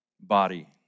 body